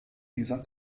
dieser